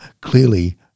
clearly